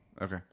Okay